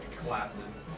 collapses